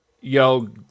yo